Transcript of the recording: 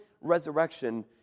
resurrection